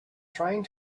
trying